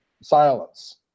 silence